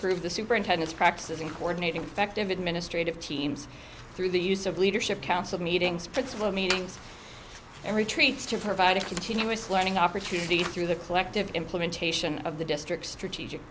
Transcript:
prove the superintendent's practices in coordinating effect of administrative teams through the use of leadership council meetings principal meetings and retreats to provide a continuous learning opportunity through the collective implementation of the district strategic